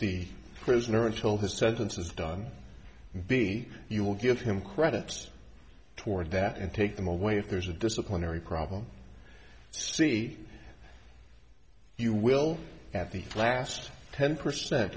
the prisoner until his sentence is done be you will give him credit toward that and take them away if there's a disciplinary problem see you will at the last ten percent